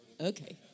Okay